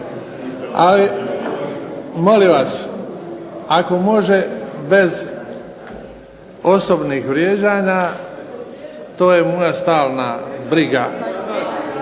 ali molim vas, ako može bez osobnih vrijeđanja to je moja stalna briga.